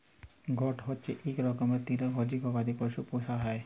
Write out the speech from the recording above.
goat হচ্যে ইক রকমের তৃলভজী গবাদি পশু পূষা হ্যয়